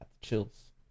chills